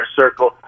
circle